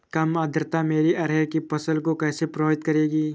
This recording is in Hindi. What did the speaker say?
कम आर्द्रता मेरी अरहर की फसल को कैसे प्रभावित करेगी?